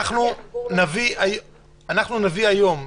אנחנו נביא היום,